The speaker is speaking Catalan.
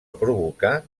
provocar